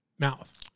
mouth